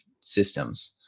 systems